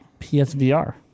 PSVR